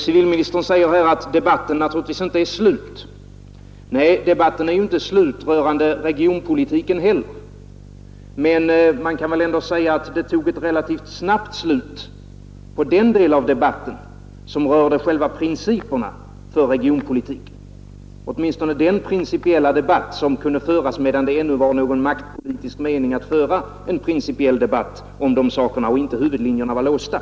Civilministern säger att debatten naturligtvis inte är slut. Nej, debatten är inte slut rörande regionpolitiken heller. Men man kan väl ändå säga att det blev ett relativt snabbt slut på den del av debatten som rörde själva principerna för regionpolitiken, åtminstone den principiella debatt som kunde föras medan det ännu var någon maktpolitisk mening med att föra en principiell debatt om dessa saker och huvudlinjerna ännu inte var låsta.